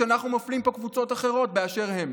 כשאנחנו מפלים פה קבוצות אחרות באשר הן?